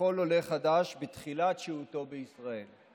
אבל כנראה מה שרואים מהכיסא של ראש ממשלה כשמדברים עם יועצים משפטיים,